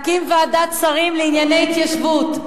2. להקים ועדת שרים לענייני התיישבות.